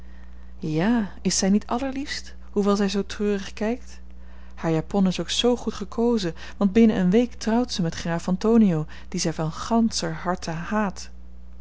ja is zij niet allerliefst hoewel zij zoo treurig kijkt haar japon is ook zoo goed gekozen want binnen een week trouwt ze met graaf antonio dien zij van ganscher harte haat